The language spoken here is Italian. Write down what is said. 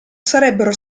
sarebbero